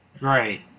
Right